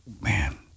man